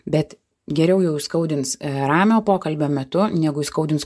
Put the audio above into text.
bet geriau jau įskaudins ramio pokalbio metu negu įskaudins